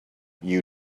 you